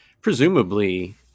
presumably